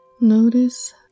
Notice